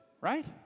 right